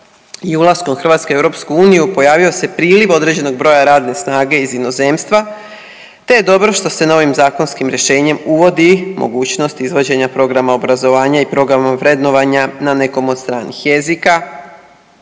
i ulaskom Hrvatske u EU pojavio se priliv određenog broja radne snage iz inozemstva te je dobro što se novim zakonskim rješenjem uvodi mogućnost izvođenja programa obrazovanja i programa vrednovanja na nekom od stranih jezika